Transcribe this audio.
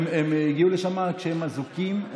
הם הגיעו לשם כשהם אזוקים,